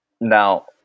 Now